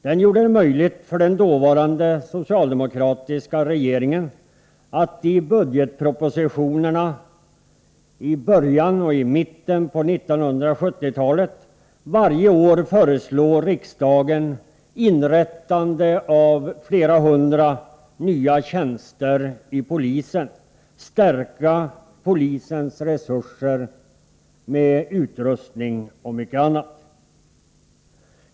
Den gjorde det möjligt för den dåvarande socialdemokratiska regeringen att i budgetpropositionerna varje år i början och i mitten av 1970-talet föreslå riksdagen att besluta om inrättandet av flera hundra nya tjänster inom polisen och att stärka polisens resurser med utrustning och mycket annat.